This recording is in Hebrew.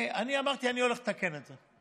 אני אמרתי שאני הולך לתקן את זה.